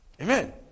Amen